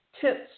tips